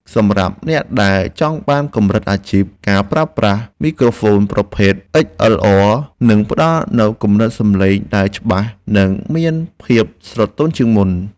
សម្រាប់អ្នកដែលចង់បានកម្រិតអាជីពការប្រើប្រាស់មីក្រូហ្វូនប្រភេទអុិចអិលអ័រនឹងផ្តល់នូវកម្រិតសំឡេងដែលច្បាស់ និងមានភាពស្រទន់ជាងមុន។